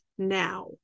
now